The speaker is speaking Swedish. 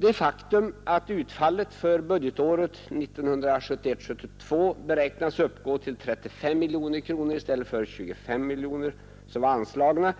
Det faktum att utfallet för budgetåret 1971/72 beräknas uppgå till 35 miljoner kronor i stället för de 25 miljoner som var anslagna